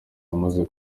amaze